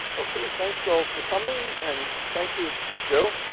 okay. thanks all for coming and thank you joe.